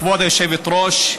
כבוד היושבת-ראש,